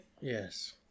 yes